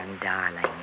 darling